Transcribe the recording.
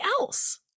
else